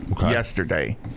Yesterday